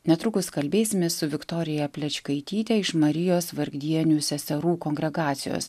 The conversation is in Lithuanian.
netrukus kalbėsimės su viktorija plečkaitytė iš marijos vargdienių seserų kongregacijos